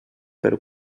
per